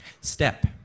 Step